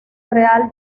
real